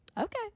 okay